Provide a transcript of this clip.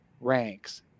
ranks